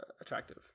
attractive